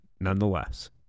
nonetheless